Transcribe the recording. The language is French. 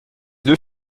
deux